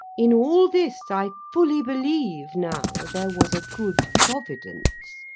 in all this, i fully believe now, there was a good providence.